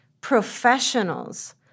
professionals